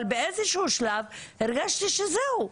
אבל באיזשהו שלב הרגשתי שזהו,